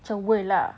macam world lah